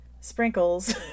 sprinkles